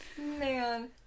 Man